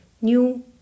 new